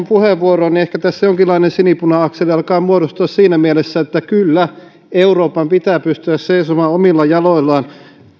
puheenvuoroon ehkä tässä jonkinlainen sinipuna akseli alkaa muodostua siinä mielessä että kyllä euroopan pitää pystyä seisomaan omilla jaloillaan